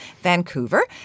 Vancouver